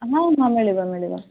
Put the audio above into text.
ହଁ ହଁ ମିଳିବ ମିଳିବ